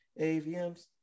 AVMs